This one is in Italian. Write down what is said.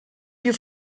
più